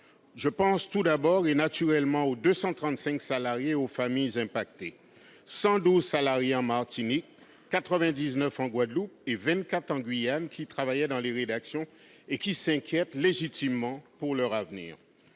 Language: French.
Je pense tout d'abord naturellement aux 235 salariés et aux familles impactées : 112 salariés en Martinique, 99 en Guadeloupe et 24 en Guyane, qui travaillaient dans les rédactions et s'inquiètent légitimement pour leur avenir.